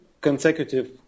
consecutive